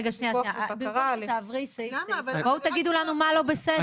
רגע שנייה, שנייה, בואו תגידו לנו מה לא בסדר.